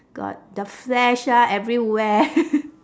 got the flesh lah everywhere